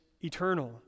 eternal